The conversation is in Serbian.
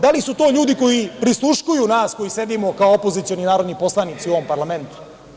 Da li su to ljudi koji prisluškuju nas koji sedimo kao opozicioni narodni poslanici u ovom parlamentu?